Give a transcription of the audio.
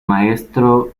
maestro